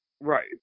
Right